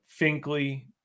Finkley